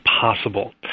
possible